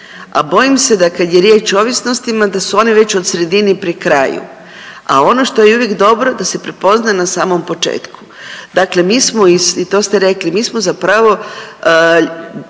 a bojim se da kad je riječ o ovisnostima da su one već od sredine pri kraju, a ono što je uvijek dobro da se prepozna na samom početku. Dakle mi smo iz, i to ste rekli, mi smo zapravo